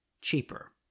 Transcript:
cheaper